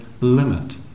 limit